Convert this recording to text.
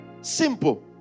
Simple